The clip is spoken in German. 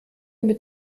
mit